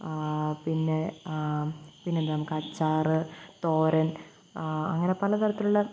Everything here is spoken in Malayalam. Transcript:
പിന്നെ പിന്നെന്താണ് നമുക്കച്ചാറ് തോരൻ അങ്ങനെ പലതരത്തിലുള്ള